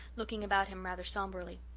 looking about him rather sombrely.